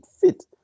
fit